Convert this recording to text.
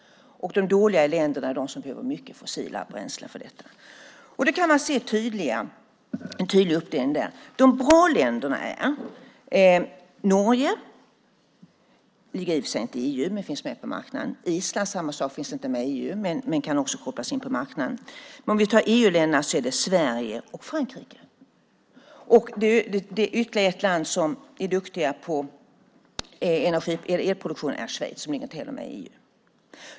De dåliga länderna är de som behöver mycket fossila bränslen för detta. Där kan man se en tydlig uppdelning. De bra länderna är Norge, som inte är med i EU men med på marknaden. Med Island är det samma sak; de är inte med i EU men kan kopplas in på marknaden. Bland EU-länderna är det Sverige och Frankrike. Schweiz är inte heller med i EU men duktiga på elproduktion.